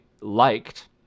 liked